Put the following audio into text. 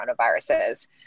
coronaviruses